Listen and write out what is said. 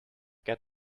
get